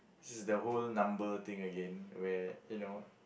it's the whole number thing again where you know